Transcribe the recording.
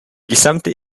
gesamte